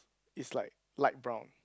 is like light brown